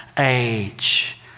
age